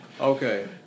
okay